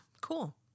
Cool